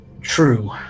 True